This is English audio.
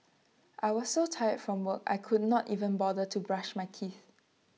I was so tired from work I could not even bother to brush my teeth